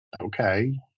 okay